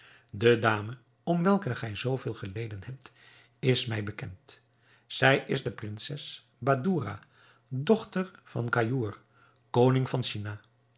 de dame om welke gij zoo veel geleden hebt is mij bekend zij is de prinses badoura dochter van gaïour koning van china